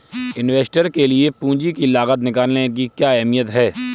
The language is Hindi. इन्वेस्टर के लिए पूंजी की लागत निकालने की क्या अहमियत है?